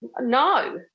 No